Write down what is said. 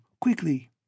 Quickly